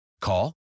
Call